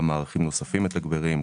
גם מערכים נוספים מתגברים,